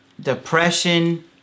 depression